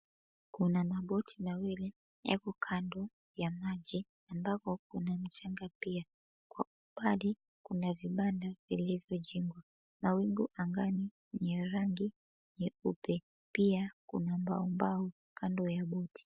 Kuna maboti mawili yako kando ya maji ambako kuna michanga pia kwa umbali kuna vibanda vilivyojengwa. Mawingu angani yenye rangi nyeupe pia kuna mbaombao kando ya boti.